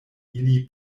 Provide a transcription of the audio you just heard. ili